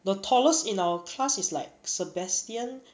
the tallest in our class is like sebastian